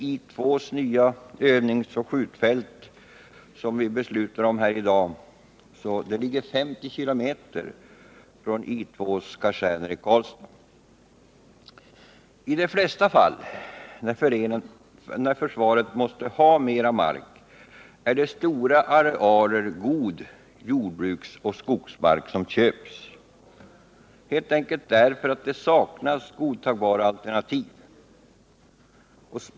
I 2:s nya övningsoch skjutfält, som vi beslutar om i dag, ligger omkring 50 km från I 2:s kaserner i Karlstad. I de flesta fall när försvaret måste ha mer mark är det stora arealer god jordbruksoch skogsmark som köps, helt enkelt därför att det saknas godtagbara alternativ.